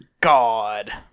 God